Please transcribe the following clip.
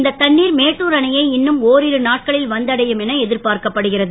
இந்த தண்ணீர் மேட்டூர் அணையை இன்னுன் ஒரிரு நாட்களில் வந்தடையும் என எதிர்பார்க்கப்படுகிறது